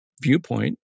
viewpoint